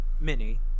mini